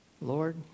Lord